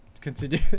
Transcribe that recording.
continue